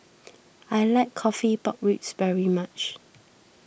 I like Coffee Pork Ribs very much